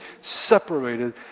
separated